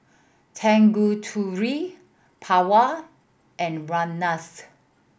Tanguturi Pawan and Ramnath